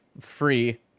free